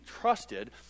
trusted